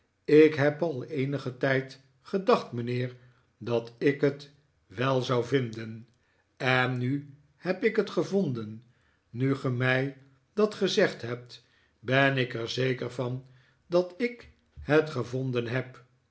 ik heb al eenigen tijd gedacht mijnheer dat ik het wel zou vinden en nu heb ik het gevonden nu ge mij dat gezegd hebt ben ik er zeker van dat ik het gevonden heb